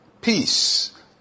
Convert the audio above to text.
peace